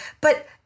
But-